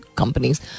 companies